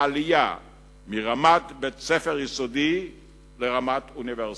עלייה מרמת בית-ספר יסודי לרמת אוניברסיטה.